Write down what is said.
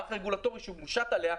המערכת הרגולטורית שמושתת עליה,